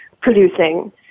producing